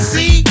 See